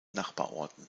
nachbarorten